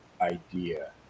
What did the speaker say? idea